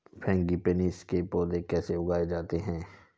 Frangipanis के पौधे कैसे उगाए जाते हैं?